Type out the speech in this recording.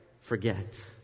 forget